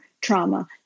trauma